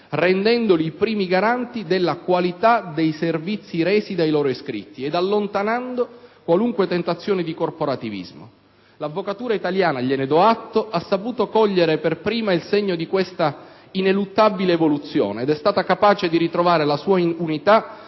rendendoli i primi garanti della qualità dei servizi resi dai loro iscritti ed allontanando qualunque tentazione di corporativismo. L'avvocatura italiana - gliene do atto - ha saputo cogliere per prima il segno di questa ineluttabile evoluzione ed è stata capace di ritrovare la sua unità